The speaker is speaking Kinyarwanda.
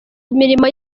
imirimo